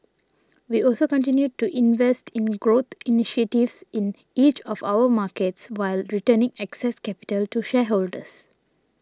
we also continued to invest in growth initiatives in each of our markets while returning excess capital to shareholders